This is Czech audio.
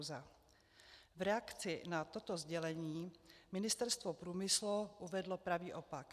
V reakci na toto sdělení Ministerstvo průmyslu uvedlo pravý opak.